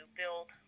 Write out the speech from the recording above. build